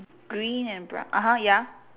green and brown (uh huh) ya